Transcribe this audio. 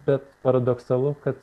bet paradoksalu kad